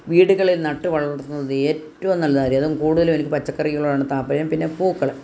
വീടുകളിൽ നട്ട് വളർത്തുന്നത് ഏറ്റവും നല്ല കാര്യം അതും കൂടുതലും എനിക്ക് പച്ചക്കറികളോടാണ് താത്പര്യം പിന്നെ പൂക്കള്